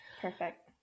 Perfect